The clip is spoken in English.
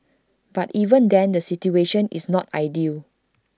but even then the situation is not ideal